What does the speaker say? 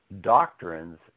doctrines